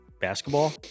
basketball